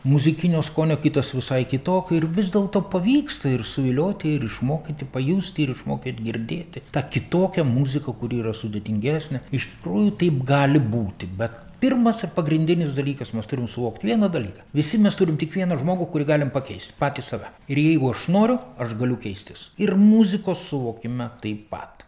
muzikinio skonio kitas visai kitokiu ir vis dėlto pavyksta ir suvilioti ir išmokyti pajusti ir išmokyt girdėti tą kitokią muziką kuri yra sudėtingesnė iš tikrųjų taip gali būti bet pirmas ir pagrindinis dalykas mes turim suvokti vieną dalyką visi mes turim tik vieną žmogų kurį galim pakeist patį save ir jeigu aš noriu aš galiu keistis ir muzikos suvokime taip pat